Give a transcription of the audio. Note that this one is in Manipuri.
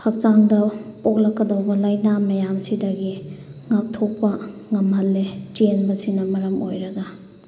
ꯍꯛꯆꯥꯡꯗ ꯄꯣꯛꯂꯛꯀꯗꯧꯕ ꯂꯥꯏꯅꯥ ꯃꯌꯥꯝꯁꯤꯗꯒꯤ ꯉꯥꯛꯊꯣꯛꯄ ꯉꯝꯍꯜꯂꯦ ꯆꯦꯟꯕꯁꯤꯅ ꯃꯔꯝ ꯑꯣꯏꯔꯒ